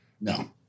No